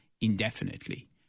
indefinitely